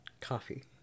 Coffee